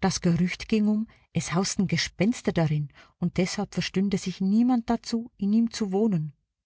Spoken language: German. das gerücht ging um es hausten gespenster darin und deshalb verstünde sich niemand dazu in ihm zu wohnen